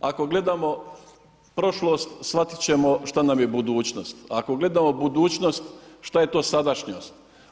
Ako gledamo prošlost, shvatit ćemo šta nam je budućnost, ako gledamo budućnost, šta je to sadašnjost.